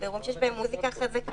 אלו אירועים שיש בהם מוזיקה חזקה.